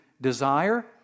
desire